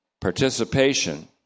participation